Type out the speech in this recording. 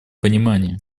понимание